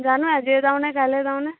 জানো আজিয়ে যাওঁনে কাইলৈ যাওঁনে